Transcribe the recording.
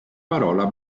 parola